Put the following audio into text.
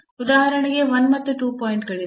ಉದಾಹರಣೆಗೆ 1 ಮತ್ತು 2 ಪಾಯಿಂಟ್ ಗಳಿವೆ